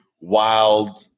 wild